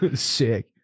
Sick